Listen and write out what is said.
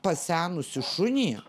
pasenusį šunį